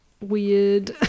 weird